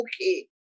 okay